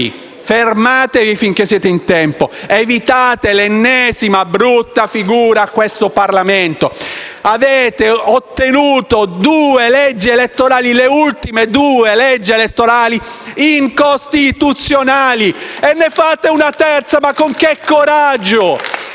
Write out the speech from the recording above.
Fermatevi finché siete in tempo. Evitate l'ennesima brutta figura a questo Parlamento. Avete ottenuto le ultime due leggi elettorali incostituzionali e ne fate una terza. Con quale coraggio?